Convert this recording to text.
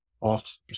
off